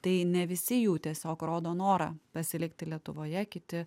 tai ne visi jų tiesiog rodo norą pasilikti lietuvoje kiti